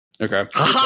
okay